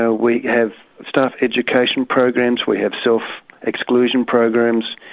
ah we have staff education programs, we have so self-exclusion programs,